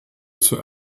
zur